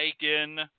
taken